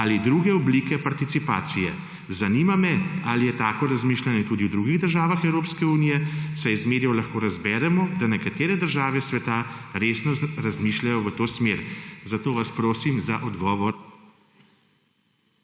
ali druge oblike participacije. Zanima me: Ali je tako razmišljanje tudi v drugih državah Evropske unije, saj iz medijev lahko razberemo, da nekatere države sveta resno razmišljajo v to smer? Zato vas prosim za odgovor